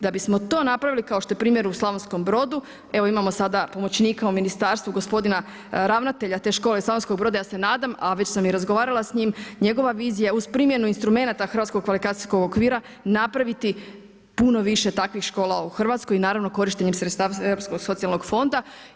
Da bismo to napravili kao što je primjer u Slavonskom Brodu evo imamo sada pomoćnika u ministarstvu gospodina ravnatelja te škole iz Slavonskog Broda, ja se nadam, a već sam i razgovarala s njim, njegova vizija je uz primjenu instrumenata hrvatskog kvalifikacijskog okvira napraviti puno više takvih škola u Hrvatskoj i naravno korištenjem sredstava Europskog socijalnog fonda.